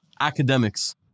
Academics